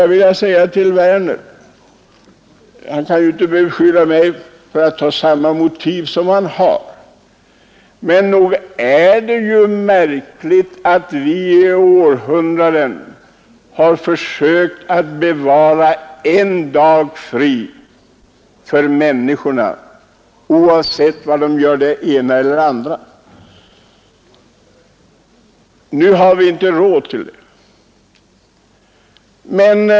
Jag vill vidare säga till herr Werner i Malmö — han kan ju inte beskylla mig för att ha samma motiv som han — att det väl är märkligt att vi tidigare i århundraden har försökt att bevara en ledig dag för människorna i veckan oavsett vad de arbetat med men att vi nu inte har råd med detta.